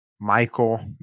Michael